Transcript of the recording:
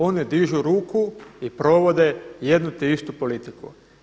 One dižu ruku i provode jednu te istu politiku.